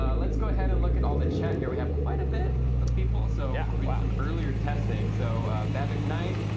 let's go ahead and look at all the chat here. we have quite a bit of people. so yeah um earlier testing. so bhavik knight,